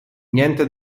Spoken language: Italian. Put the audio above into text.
niente